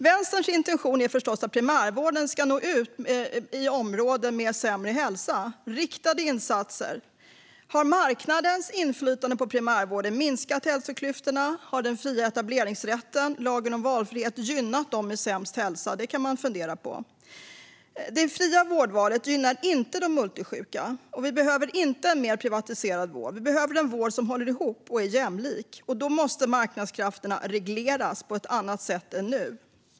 Vänsterns intention är förstås att primärvården ska nå ut i områden med sämre hälsa med riktade insatser. Har marknadens inflytande på primärvården minskat hälsoklyftorna? Har den fria etableringsrätten, lagen om valfrihet, gynnat dem med sämst hälsa? Det kan man fundera över. Det fria vårdvalet gynnar inte de multisjuka, och vi behöver inte en mer privatiserad vård. Vi behöver en vård som håller ihop och är jämlik, och då måste marknadskrafterna regleras på ett annat sätt än nu.